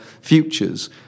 futures